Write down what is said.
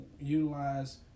utilize